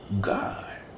God